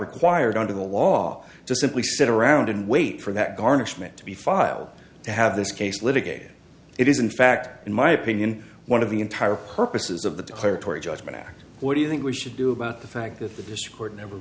required under the law to simply sit around and wait for that garnishment to be filed to have this case litigated it is in fact in my opinion one of the entire purposes of the declaratory judgment act what do you think we should do about the fact that this court never